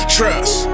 Trust